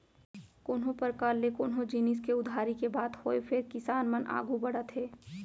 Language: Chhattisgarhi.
कोनों परकार ले कोनो जिनिस के उधारी के बात होय फेर किसान मन आघू बढ़त हे